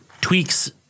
tweaks